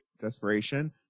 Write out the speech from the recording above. desperation